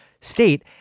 state